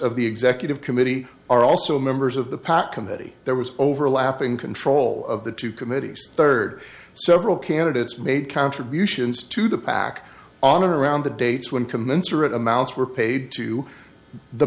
of the executive committee are also members of the pat committee there was overlapping control of the two committees third several candidates made contributions to the pac on around the dates when commensurate amounts were paid to the